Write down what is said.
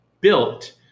built